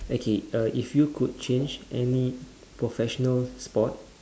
okay if you could change any professional sport